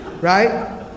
right